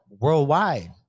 worldwide